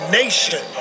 nation